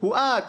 הוא עד